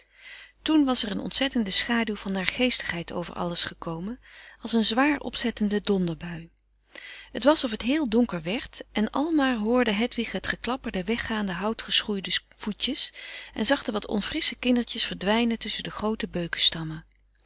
toen was er een ontzettende schaduw van naargeestigheid over alles gekomen als een zwaar opzettende donderbui het was of t heel donker werd en al maar hoorde hedwig het geklapper der weggaande hout geschoeide voetjes en zag de wat onfrissche kindertjes verdwijnen tusschen de groote beukenstammen